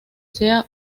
sea